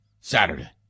Saturday